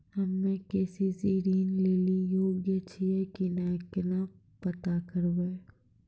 हम्मे के.सी.सी ऋण लेली योग्य छियै की नैय केना पता करबै?